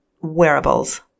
wearables